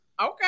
Okay